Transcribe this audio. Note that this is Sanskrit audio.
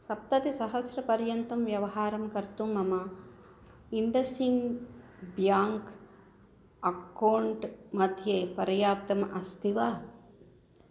सप्ततिसहस्रपर्यन्तं व्यवहारं कर्तुं मम इण्डसिङ्ग् ब्याङ्क् अक्कौण्ट् मध्ये पर्याप्तम् अस्ति वा